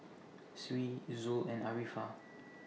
Sri Zul and Arifa